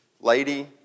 lady